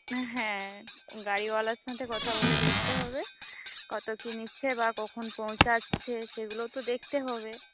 হ্যাঁ গাড়িওয়ালার সাথে কথা বলে দেখতে হবে কত কী নিচ্ছে বা কখন পৌঁছাচ্ছে সেগুলোও তো দেখতে হবে